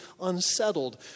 unsettled